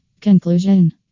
Conclusion